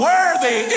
Worthy